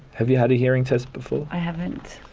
have you had a hearing test before? i haven't.